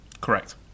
Correct